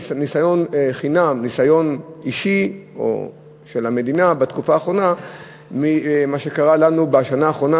ניסיון אישי או של המדינה בתקופה האחרונה ממה שקרה לנו בשנה האחרונה,